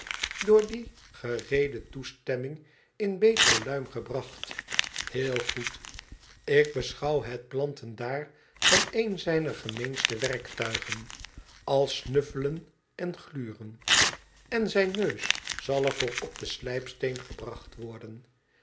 door die gereede toestemming in betere luim gebracht heel goed ik beschouw zijn planten daar van een zijner gemeenste werktuigen als snuffelen en gluren n zijn neus zal er voor op den slijpsteen gebracht worden